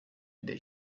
the